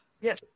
yes